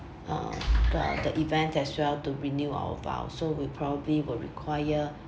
uh the the events as well to renew our vows so we probably will require